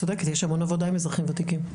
את צודקת, יש המון עבודה עם אזרחים ותיקים.